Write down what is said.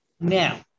now